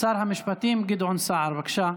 שר המשפטים גדעון סער, בבקשה,